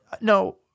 no